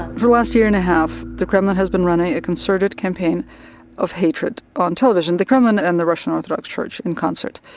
for the last year and a half the kremlin has been running a concerted campaign of hatred on television, the kremlin and the russian orthodox church in concert.